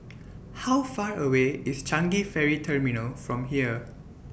How Far away IS Changi Ferry Terminal from here